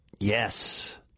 Yes